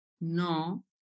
no